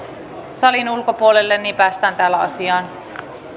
salin ulkopuolelle niin että päästään täällä asiaan